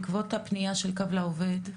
בעקבות הפנייה של קו לעובד,